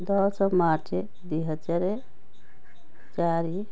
ଦଶ ମାର୍ଚ୍ଚ ଦୁଇହଜାର ଚାରି